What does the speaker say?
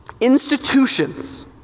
Institutions